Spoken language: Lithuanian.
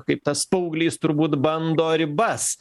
kaip tas paauglys turbūt bando ribas